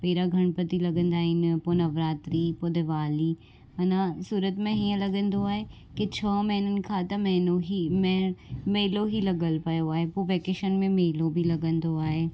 पहिरियों गणपति लॻंदा आहिनि पोइ नवरात्री पोइ दीवाली अना सूरत में हीअं लॻंदो आहे की छह महिननि खां त महिनो ई मेलो ई लॻियलु पियो आहे पोइ वेकेशन में मेलो बि लॻंदो आहे